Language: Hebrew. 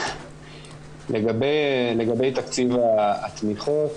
לגבי תקציב התמיכות,